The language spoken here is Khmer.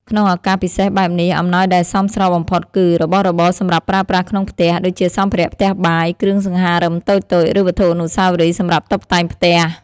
ក្នុងឱកាសពិសេសបែបនេះ អំណោយដែលសមស្របបំផុតគឺ របស់របរសម្រាប់ប្រើប្រាស់ក្នុងផ្ទះ ដូចជាសម្ភារៈផ្ទះបាយ គ្រឿងសង្ហារឹមតូចៗ ឬវត្ថុអនុស្សាវរីយ៍សម្រាប់តុបតែងផ្ទះ។